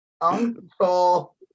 Uncle